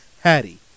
Hattie